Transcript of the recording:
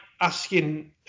asking